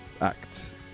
acts